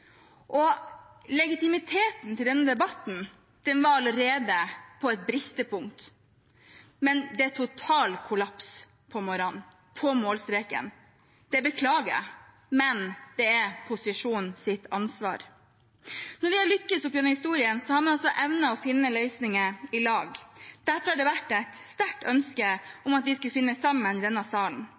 Legitimiteten til denne debatten var allerede på et bristepunkt, men det var total kollaps i morges, på målstreken. Det beklager jeg, men det er posisjonens ansvar. Når vi har lykkes oppigjennom historien, har man evnet å finne løsninger i lag. Derfor har det vært et sterkt ønske om at vi skulle finne sammen i denne salen.